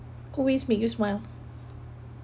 always make you smile